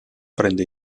prende